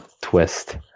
twist